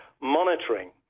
Monitoring